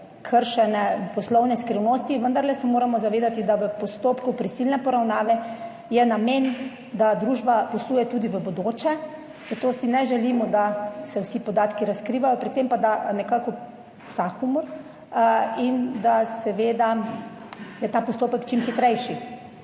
kršene poslovne skrivnosti. Vendarle se moramo zavedati, da je v postopku prisilne poravnave namen, da družba posluje tudi v bodoče, zato si ne želimo, da se vsi podatki razkrivajo vsakomur, predvsem pa, da je seveda ta postopek čim hitrejši.